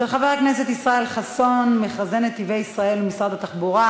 שאילתה של חבר הכנסת ישראל חסון על מכרזי "נתיבי ישראל" ומשרד התחבורה,